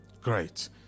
Great